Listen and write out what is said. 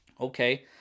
Okay